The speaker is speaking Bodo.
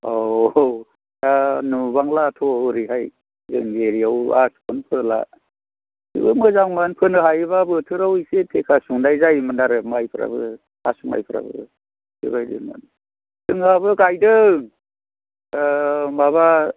औ दा नुबांलाथ' ओरैहाय जोंनि एरियायाव आसुखौनो फोला थेवबो मोजांमोन फोनो हायोबा बोथोराव एसे थेखा सौनाय जायोमोन आरो माइफ्राबो आसु माइफ्राबो बेबायदिमोन जोंहाबो गायदों माबा